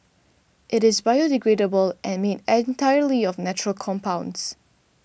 it is biodegradable and made entirely of natural compounds